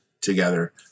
together